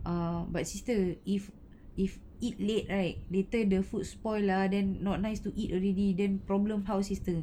err but sister if if eat late right later the food spoil lah then not nice to eat already then problem how sister